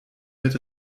mit